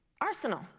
arsenal